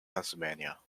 pennsylvania